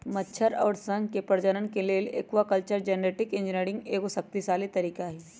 मछर अउर शंख के प्रजनन के लेल एक्वाकल्चर जेनेटिक इंजीनियरिंग एगो शक्तिशाली तरीका हई